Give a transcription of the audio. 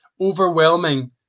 Overwhelming